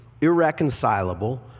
irreconcilable